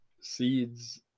seeds